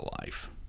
life